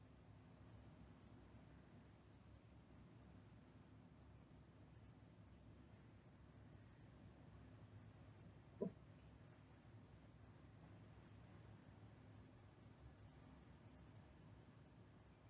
oh